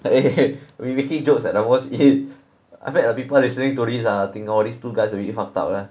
we making jokes at the worst hit I bet the people listening to this ah think all these two guys already fucked up lah